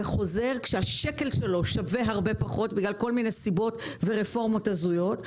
וחוזר כשהשקל שלו שווה הרבה פחות מכל מיני סיבות ורפורמות הזויות.